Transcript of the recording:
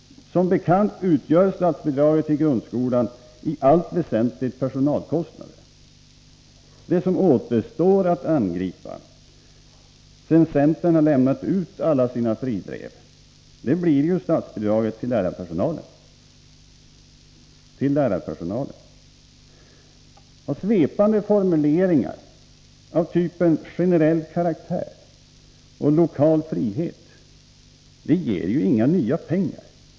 Som bekant avser statsbidraget till grundskolan i allt väsentligt personalkostnader. Det som återstår att angripa sedan centern har lämnat ut alla sina fribrev blir statsbidraget till lärarpersonalen. Svepande formuleringar av typen ”generell karaktär” och ”lokal frihet” ger ju inga nya pengar.